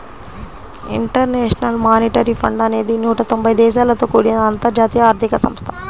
international monetary fund అనేది నూట తొంబై దేశాలతో కూడిన అంతర్జాతీయ ఆర్థిక సంస్థ